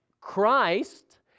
Christ